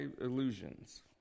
illusions